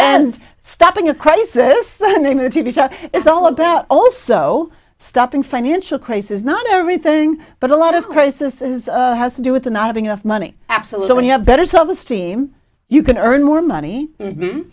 and stopping a crisis the name of the t v show is all about also stopping financial crisis not everything but a lot of the crisis is has to do with the not having enough money absolutely when you have better self esteem you can earn more money